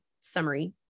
summary